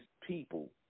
people